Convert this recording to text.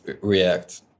react